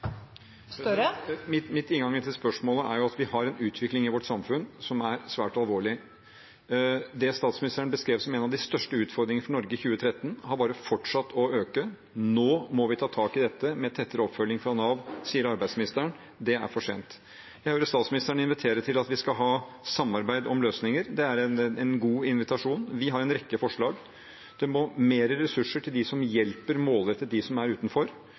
Støre – til oppfølgingsspørsmål. Min inngang til dette spørsmålet er at vi har en utvikling i samfunnet vårt som er svært alvorlig. Det statsministeren beskrev som en av de største utfordringene for Norge i 2013, har bare fortsatt å øke. Nå må vi ta tak i dette, med tettere oppfølging fra Nav, sier arbeidsministeren. Det er for sent. Jeg hører at statsministeren inviterer til at vi skal ha samarbeid om løsninger. Det er en god invitasjon. Vi har en rekke forslag. Det må komme mer ressurser til de som målrettet hjelper dem som er utenfor.